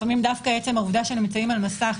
לפעמים דווקא העובדה שנמצאים על מסך